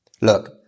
Look